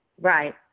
right